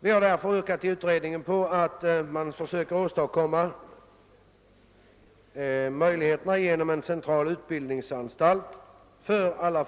Vi har därför yrkat att man genom pågående utredningar försöker åstadkomma en central utbildningsanstalt för alla